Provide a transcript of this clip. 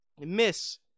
miss